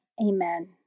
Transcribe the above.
Amen